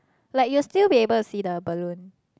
like you will still be able to see the balloon